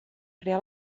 crear